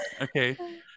Okay